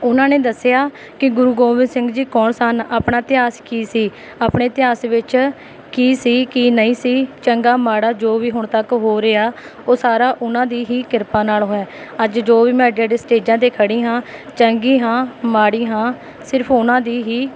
ਉਹਨਾਂ ਨੇ ਦੱਸਿਆ ਕਿ ਗੁਰੂ ਗੋਬਿੰਦ ਸਿੰਘ ਜੀ ਕੌਣ ਸਨ ਆਪਣਾ ਇਤਿਹਾਸ ਕੀ ਸੀ ਆਪਣੇ ਇਤਿਹਾਸ ਵਿੱਚ ਕੀ ਸੀ ਕੀ ਨਹੀਂ ਸੀ ਚੰਗਾ ਮਾੜਾ ਜੋ ਵੀ ਹੁਣ ਤੱਕ ਹੋ ਰਿਹਾ ਉਹ ਸਾਰਾ ਉਹਨਾਂ ਦੀ ਹੀ ਕਿਰਪਾ ਨਾਲ ਹੋਇਆ ਅੱਜ ਜੋ ਵੀ ਮੈਂ ਐਡੇ ਐਡੇ ਸਟੇਜਾਂ 'ਤੇ ਖੜ੍ਹੀ ਹਾਂ ਚੰਗੀ ਹਾਂ ਮਾੜੀ ਹਾਂ ਸਿਰਫ਼ ਉਹਨਾਂ ਦੀ ਹੀ